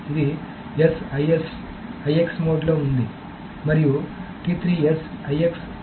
ఇది S IS IX మోడ్లో ఉంది మరియు S IS IX